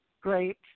Great